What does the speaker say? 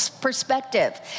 perspective